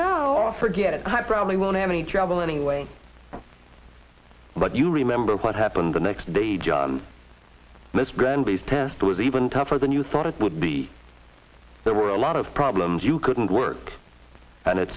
or forget it i probably won't have any trouble anyway but you remember what happened the next day john that's brandi's test was even tougher than you thought it would be there were a lot of problems you couldn't work and it